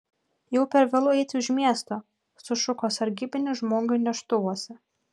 jau per vėlu eiti už miesto sušuko sargybinis žmogui neštuvuose